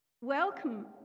Welcome